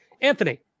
Anthony